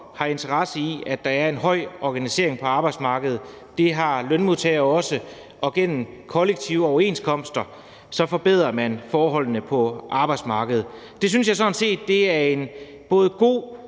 har interesse i, at der er en høj organisering på arbejdsmarkedet. Det har lønmodtagere også, og gennem kollektive overenskomster forbedrer man forholdene på arbejdsmarkedet. Det synes jeg sådan set både er en god